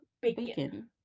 bacon